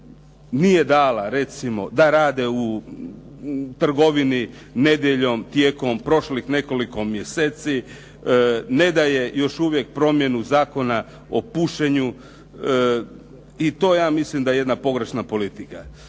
nije dala recimo da rade u trgovini nedjeljom tijekom prošlih nekoliko mjeseci, ne daje još uvijek promjenu Zakona o pušenju i to ja mislim da je jedna pogrešna politika.